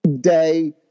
day